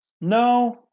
No